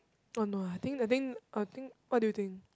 oh no ah I think I think I think what do you think